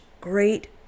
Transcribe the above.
great